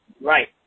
Right